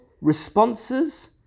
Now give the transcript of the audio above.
responses